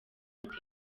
temple